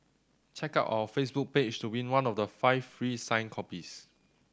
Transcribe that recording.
check out our Facebook page to win one of the five free signed copies